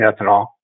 ethanol